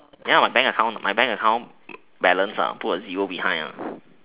ya my bank account my bank account balance ah put a zero behind